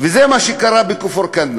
וזה מה שקרה בכפר-כנא.